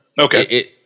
Okay